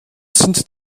sind